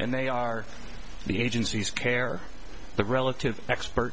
and they are the agency's care the relative expert